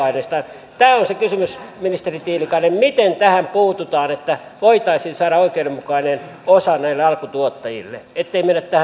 tämä on se kysymys ministeri tiilikainen miten tähän puututaan että voitaisiin saada oikeudenmukainen osa näille alkutuottajille ettei mennä tähän keskittämiseen